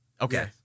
Okay